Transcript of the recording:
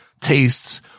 tastes